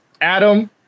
adam